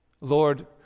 Lord